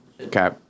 Okay